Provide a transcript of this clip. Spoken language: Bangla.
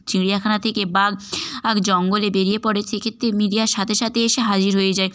চিড়িয়াখানা থেকে বাঘ জঙ্গলে বেরিয়ে পড়ে সেক্ষেত্রে মিডিয়া সাথে সাথে এসে হাজির হয়ে যায়